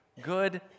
good